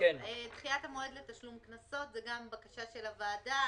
דחיית המועד לתשלום קנסות זו גם בקשה של הוועדה.